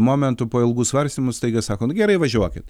momentu po ilgų svarstymų staiga sako nu gerai važiuokit